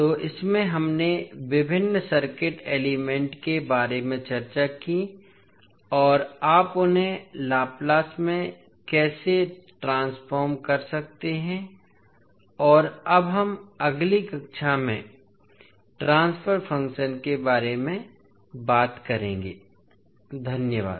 तो इसमें हमने विभिन्न सर्किट एलिमेंट के बारे में चर्चा की और आप उन्हें लैप्लस में कैसे ट्रांसफॉर्म कर सकते हैं और अब हम अगली कक्षा में ट्रांसफर फंक्शन के बारे में बात करेंगे धन्यवाद